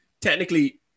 technically